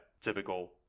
Typical